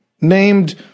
named